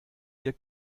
ihr